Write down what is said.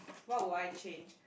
what would I change